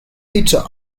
pizza